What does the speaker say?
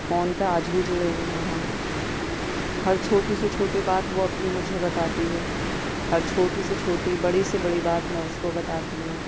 phone پہ آج بھی جڑے ہوئے ہیں ہم ہر چھوٹی سے چھوٹی بات وہ اپنی مجھے بتاتی ہے ہر چھوٹی سے چھوٹی بڑی سے بڑی بات میں اس کو بتاتی ہوں